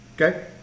Okay